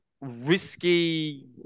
risky